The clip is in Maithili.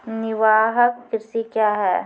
निवाहक कृषि क्या हैं?